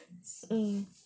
mm